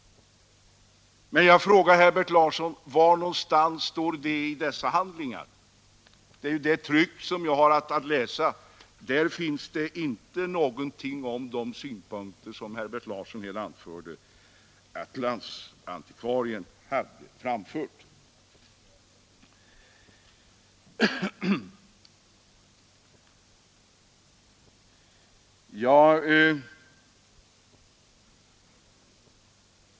Jag vill fråga Herbert Larsson: Var någonstans står dessa uttalanden? Det är ju trycket vi har att läsa, och där står det inte någonting om de synpunkter som Herbert Larsson här sade att landsantikvarien hade framfört.